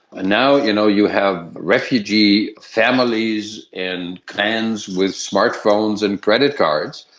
now you know you have refugee families and clans with smart phones and credit cards,